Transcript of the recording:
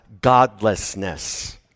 godlessness